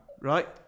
right